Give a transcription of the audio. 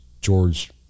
George